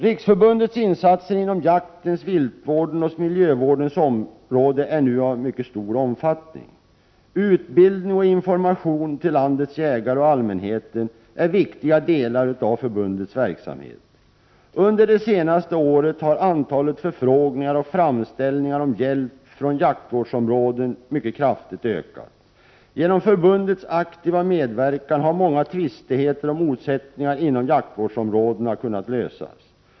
Riksförbundets insatser inom jaktens, viltvårdens och miljövårdens område är nu av mycket stor omfattning. Utbildning och information till landets jägare och till allmänheten är viktiga delar av förbundets verksamhet. Under det senaste året har antalet förfrågningar och framställningar om hjälp från jaktvårdsområden kraftigt ökat. Genom förbundets aktiva medverkan har många tvistigheter och motsättningar inom jaktvårdsområden kunnat lösas.